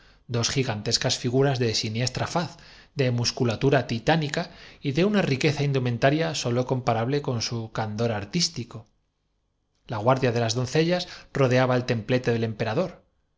dos gigantescas figuras de siniestra faz de musculatura titánica y de una riqueza indumentaria sólo compa rable con su candor artístico la guardia de doncellas rodeaba el templete del emperador las